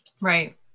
Right